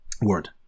word